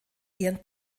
ihren